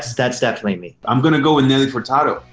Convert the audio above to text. that's definitely me. i'm gonna go with nellie furtado.